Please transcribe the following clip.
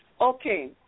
Okay